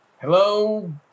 Hello